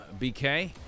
bk